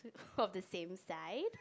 of the same side